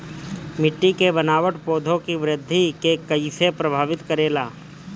मिट्टी के बनावट पौधों की वृद्धि के कईसे प्रभावित करेला?